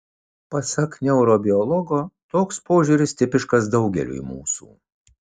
pasak neurobiologo toks požiūris tipiškas daugeliui mūsų